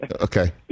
Okay